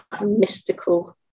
mystical